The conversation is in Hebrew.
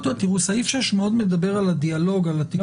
סעיף 6 מדבר על הדיאלוג, על התקשורת.